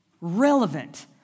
Relevant